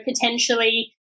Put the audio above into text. potentially